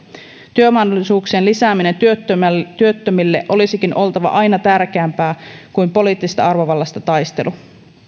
työmahdollisuuksien lisäämisen työttömille työttömille olisikin aina oltava tärkeämpää kuin poliittisesta arvovallasta taistelu